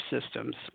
systems